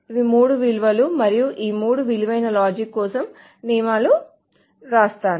ఇవి మూడు విలువలు మరియు ఈ మూడు విలువైన లాజిక్ కోసం నియమాలను వ్రాస్తాను